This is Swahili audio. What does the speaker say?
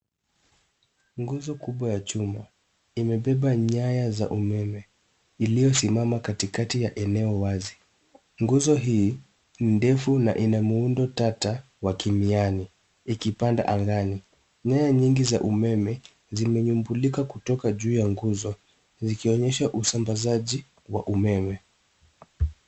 Nguzo kubwa ya chuma imebeba nyaya za umeme iliyosimama katikati ya eneo wazi. Nguzo hii ni ndefu na ina muundo tata wa kimiani ikipanda angani. Nyaya nyingi za umeme zimenyumbulika kutoka juu ya nguzo zikionyesha usambazaji wa umeme.